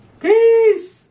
Peace